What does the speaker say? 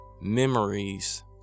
memories